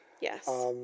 Yes